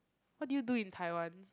what did you do in Taiwan